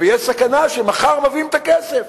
ויש סכנה שמחר מביאים את הכסף.